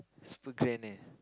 super grand leh